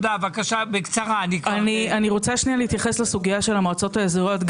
אני רוצה להתייחס לסוגיה של המועצות האזוריות.